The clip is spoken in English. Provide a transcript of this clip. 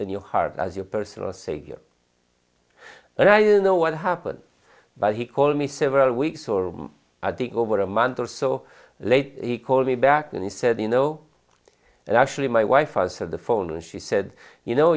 in your heart as your personal savior but i didn't know what happened but he called me several weeks or over a month or so later he called me back and said you know and actually my wife answered the phone and she said you know